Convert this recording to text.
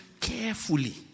carefully